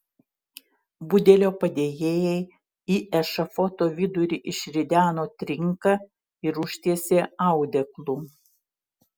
budelio padėjėjai į ešafoto vidurį išrideno trinką ir užtiesė audeklu